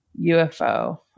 UFO